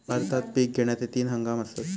भारतात पिक घेण्याचे तीन हंगाम आसत